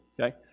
okay